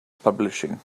publishing